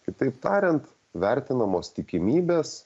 kitaip tariant vertinamos tikimybės